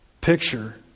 picture